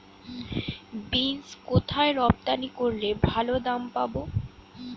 Beans কোথায় রপ্তানি করলে ভালো দাম পাব?